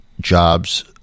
jobs